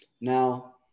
Now